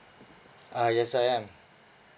uh yes I am